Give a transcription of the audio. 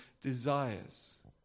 desires